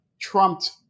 trumped